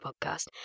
podcast